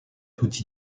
toute